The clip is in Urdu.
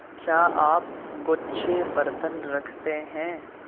کیا آپ گچھے برتن رکھتے ہیں